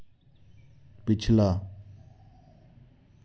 पिछला